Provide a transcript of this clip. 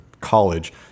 college